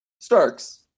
Starks